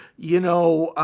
you know,